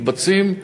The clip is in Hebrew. מתבצעים,